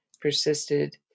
persisted